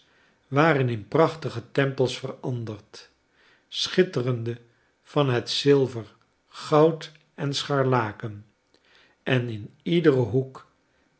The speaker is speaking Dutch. waren in prachtige tempels veranderd schitterende van het zilver goud en scharlaken en in iederen hoek